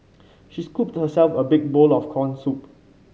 she scooped herself a big bowl of corn soup